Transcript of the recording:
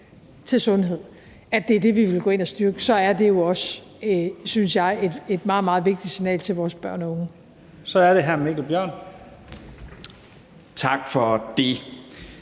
til sundhed – er det, vi vil gå ind at styrke, så er det også, synes jeg, et meget, meget vigtigt signal til vores børn og unge. Kl. 00:34 Første næstformand